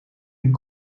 die